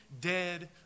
dead